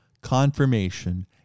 confirmation